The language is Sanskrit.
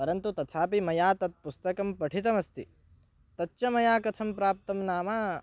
परन्तु तथापि मया तत् पुस्तकं पठितमस्ति तच्च मया कथं प्राप्तं नाम